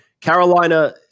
Carolina